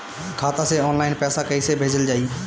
खाता से ऑनलाइन पैसा कईसे भेजल जाई?